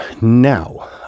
Now